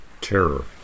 Terror